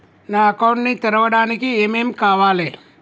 నా అకౌంట్ ని తెరవడానికి ఏం ఏం కావాలే?